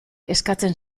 eskatzen